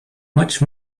much